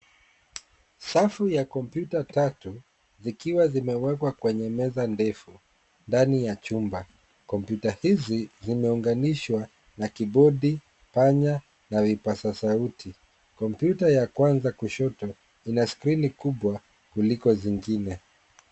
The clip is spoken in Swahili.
Safu ya komputa tatu zikiwa zimewekwa kwenye meza ndefu ndani ya chumba, komputa hizi zimeunganishwa na kibodi, panya na vipasa sauti. Komputa ya kwanza kushoto ina skrini kubwa kuliko zingine.